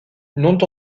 n’ont